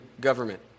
government